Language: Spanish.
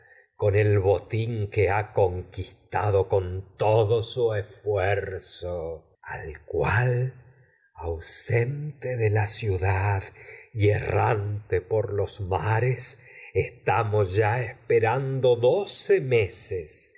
casa el botín ha conquistado y todo su esfuerzo al cual mares ausente de la ciudad errante por los estamos ya esperando doce meses